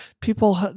people